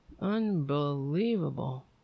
Unbelievable